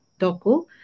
Doku